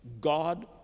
God